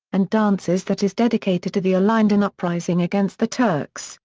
and dances that is dedicated to the ilinden uprising against the turks,